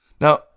Now